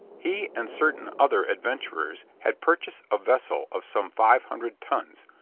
he and certain other adventurers had purchased a vessel of some five hundred tons,